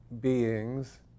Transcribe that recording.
beings